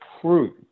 prove